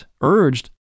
urged